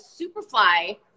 Superfly